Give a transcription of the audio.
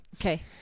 Okay